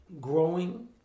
growing